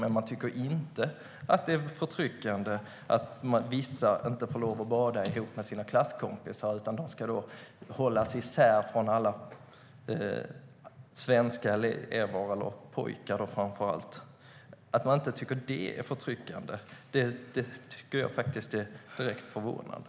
Men man tycker inte att det är förtryckande att vissa inte får lov att bada ihop med sina klasskompisar, utan de ska hållas isär från alla svenska elever eller framför allt pojkar. Att man inte tycker att det är förtryckande är direkt förvånande.